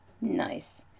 nice